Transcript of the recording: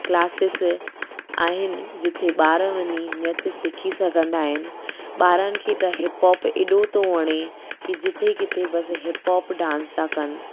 classes आहिनि जिते ॿार वञी नृत्य सिखी सघंदा आहिनि ॿारनि खे त हिप हॉप एॾो थो वणे की जिते किथे बसि हिप हॉप डांस था कनि